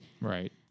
Right